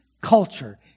culture